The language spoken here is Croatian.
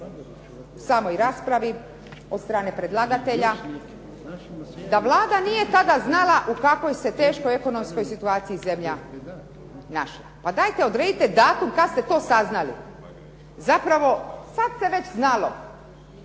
samoj raspravi, od strane predlagatelja, da Vlada nije tada znala u kakvoj se teškoj ekonomskoj situaciji zemlja našla. Pa dajte odredite datum kad ste to saznali. Zapravo, sad se već znalo,